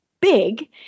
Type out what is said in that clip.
big